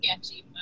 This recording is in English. sketchy